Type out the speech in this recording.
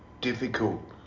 difficult